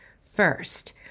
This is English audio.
First